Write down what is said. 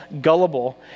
gullible